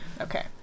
okay